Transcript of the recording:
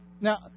Now